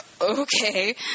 okay